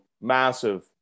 massive